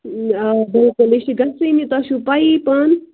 آ بِلکُل یہِ چھِ گَژھانٕے تۄہہِ چھُو پَیی پانہٕ